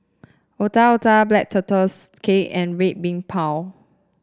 Otak Otak Black Tortoise Cake and Red Bean Bao